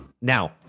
Now